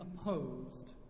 opposed